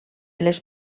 les